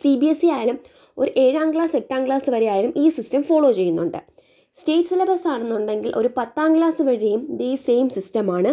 C B S E ആയാലും ഒരു ഏഴാം ക്ലാസ് എട്ടാം ക്ലാസ് വരെആയാലും ഈ സിസ്റ്റം ഫോളോ ചെയ്യുന്നുണ്ട് സ്റ്റേറ്റ് സിലബസ് ആണെന്നുണ്ടെങ്കില് ഒരു പത്താം ക്ലാസ് വരെയും ഇതേ സെയിം സിസ്റ്റമാണ്